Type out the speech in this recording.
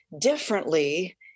differently